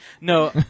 No